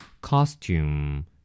Costume